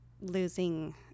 Losing